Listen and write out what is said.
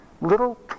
little